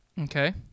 Okay